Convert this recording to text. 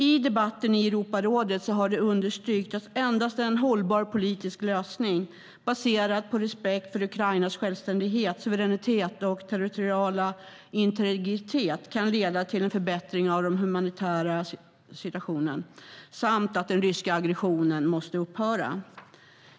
I debatten i Europarådet har det understrukits att endast en hållbar politisk lösning, baserad på respekt för Ukrainas självständighet, suveränitet och territoriella integritet, kan leda till en förbättring av den humanitära situationen samt att den ryska aggressionen måste upphöra.